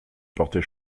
porter